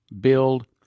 build